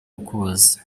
ukuboza